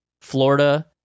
Florida